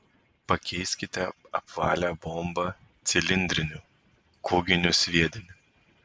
pakeiskite apvalią bombą cilindriniu kūginiu sviediniu